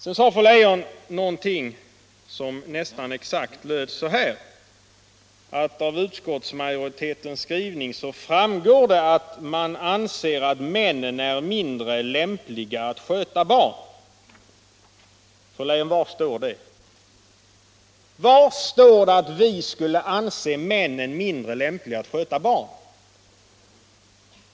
Sedan sade fru Leijon nästan exakt så här: Av utskottsmajoritetens skrivning framgår det att man anser att männen är mindre lämpliga att sköta barn. Fru Leijon, var står det? Var står det att vi skulle anse männen mindre lämpliga att sköta barn?